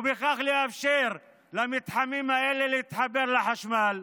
ובכך לאפשר למתחמים האלה להתחבר לחשמל.